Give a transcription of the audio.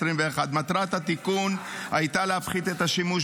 2021. מטרת התיקון הייתה להפחית את השימוש